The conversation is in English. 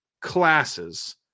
classes